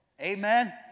Amen